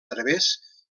través